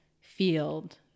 field